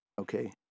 Okay